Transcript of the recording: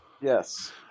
Yes